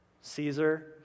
Caesar